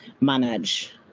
manage